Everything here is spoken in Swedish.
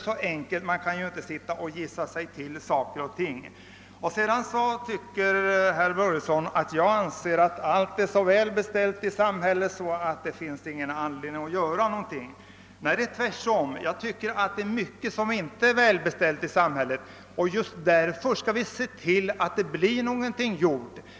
Vi kan inte gissa oss till saker och ting. Herr Börjesson i Glömminge sade att jag anser att allt är så väl beställt i samhället att det inte finns någon anledning att göra något. Så förhåller det sig inte alls — jag tycker att det är mycket som inte är väl beställt i samhället och att vi bör se till att det blir något gjort.